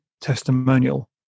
testimonial